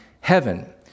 heaven